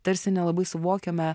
tarsi nelabai suvokiame